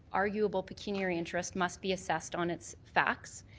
arguable pecuniary interest must be assessed on its facts.